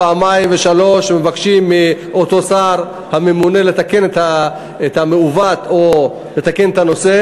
פעמיים ושלוש ומבקשים מהשר הממונה לתקן את המעוות או לתקן את הנושא,